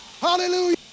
Hallelujah